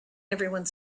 everyone